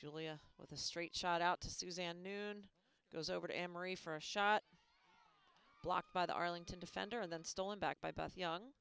julia with a straight shot out to suzanne noon goes over to emery for a shot blocked by the arlington defender and then stolen back by both young